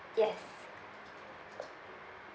yes